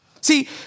See